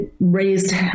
raised